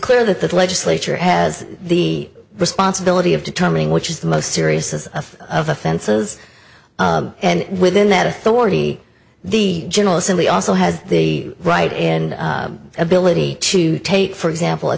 clear that the legislature has the responsibility of determining which is the most serious of of offenses and within that authority the general assembly also has the right and ability to take for example a